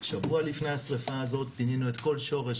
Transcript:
שבוע לפני השריפה הזאת פינינו את כל שורש